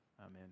Amen